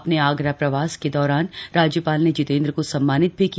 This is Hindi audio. अपने आगरा प्रवास के दौरान राज्यपाल ने जितेंद्र को सम्मानित भी किया